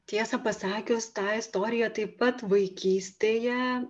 tiesą pasakius tą istoriją taip pat vaikystėje